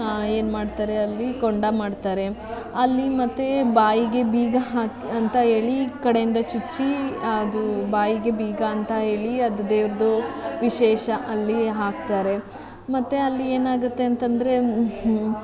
ಆಂ ಏನು ಮಾಡ್ತಾರೆ ಅಲ್ಲಿ ಕೊಂಡ ಮಾಡ್ತಾರೆ ಅಲ್ಲಿ ಮತ್ತು ಬಾಯಿಗೆ ಬೀಗ ಹಾಕಿ ಅಂತ ಹೇಳಿ ಈ ಕಡೆಯಿಂದ ಚುಚ್ಚಿ ಅದು ಬಾಯಿಗೆ ಬೀಗ ಅಂತ ಹೇಳಿ ಅದು ದೇವ್ರದ್ದು ವಿಶೇಷ ಅಲ್ಲಿ ಹಾಕ್ತಾರೆ ಮತ್ತು ಅಲ್ಲಿ ಏನಾಗುತ್ತೆ ಅಂತಂದರೆ